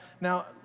now